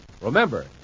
Remember